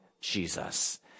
Jesus